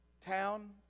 town